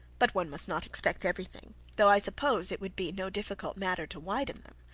but one must not expect every thing though i suppose it would be no difficult matter to widen them.